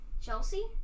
Chelsea